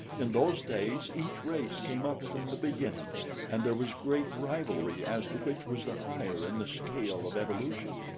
in those days each race came up from the beginning and there was great rivalry as to which was the higher in the scale of evolution.